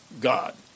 God